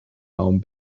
raum